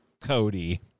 Cody